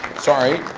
sorry.